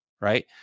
Right